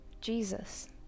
Jesus